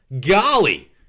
golly